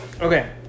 Okay